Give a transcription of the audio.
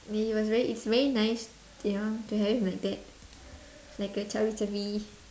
mean it was very it's very nice you know to have him like that like a chubby chubby